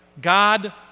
God